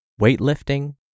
weightlifting